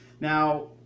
Now